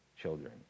children